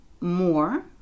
more